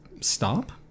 stop